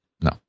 no